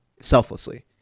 selflessly